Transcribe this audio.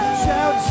shout